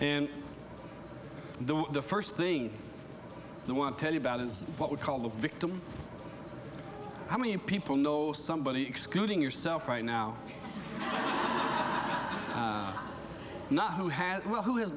and the first thing they want to tell you about is what we call the victim how many people know somebody excluding yourself right now not who